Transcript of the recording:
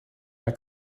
der